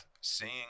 seeing